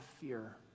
fear